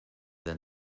than